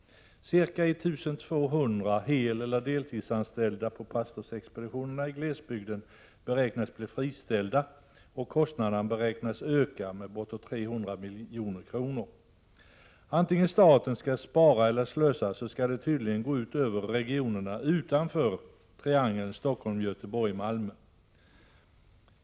Ca 1 200 heleller deltidsanställda på pastorsexpeditionerna i glesbygden beräknas bli friställda, och kostnaderna beräknas öka med bortåt 300 milj.kr. per år. Vare sig staten skall spara eller slösa skall det tydligen gå ut över regionerna utanför triangeln Stockholm-Göteborg-Malmö.